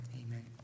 Amen